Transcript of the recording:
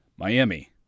Miami